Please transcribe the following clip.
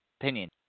opinion